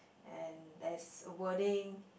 and there is wording